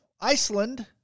Iceland